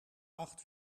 acht